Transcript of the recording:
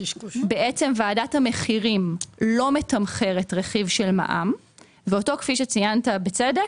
בעצם ועדת המחירים לא מתמחרת רכיב של מע"מ ואותו כפי שציינת בצדק,